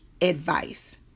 advice